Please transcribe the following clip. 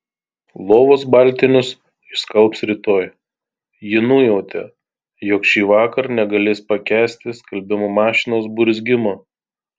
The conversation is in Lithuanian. lovos baltinius išskalbs rytoj ji nujautė jog šįvakar negalės pakęsti skalbimo mašinos burzgimo